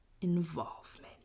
involvement